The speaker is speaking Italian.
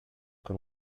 con